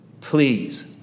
please